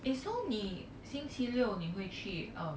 eh so 你星期六你会去 um